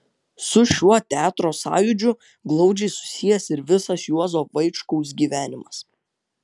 su šiuo teatro sąjūdžiu glaudžiai susijęs ir visas juozo vaičkaus gyvenimas